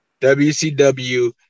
WCW